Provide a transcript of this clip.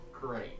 Great